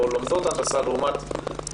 האחוז של מי שלומדות הנדסה לעומת חינוך.